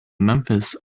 memphis